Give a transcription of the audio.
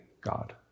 God